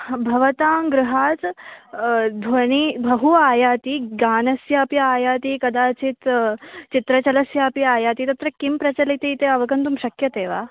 हा भवतां गृहात् ध्वनिः बहु आयाति गानस्य अपि आयाति कदाचित् चित्रचलस्यापि आयाति तत्र किं प्रचलति इति अवगन्तुं शक्यते वा